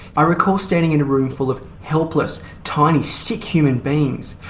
i recall standing in a room full of helpless, tiny, sick human beings,